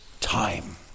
time